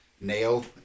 nail